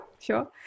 sure